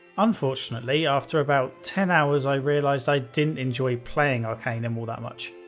unfortunately, after about ten hours i realized i didn't enjoy playing arcanum all that much.